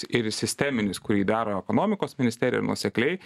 ir sisteminis kurį daro ekonomikos ministerija ir nuosekliai